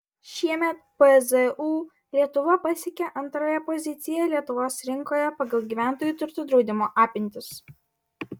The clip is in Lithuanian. šiemet pzu lietuva pasiekė antrąją poziciją lietuvos rinkoje pagal gyventojų turto draudimo apimtis